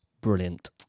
Brilliant